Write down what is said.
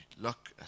look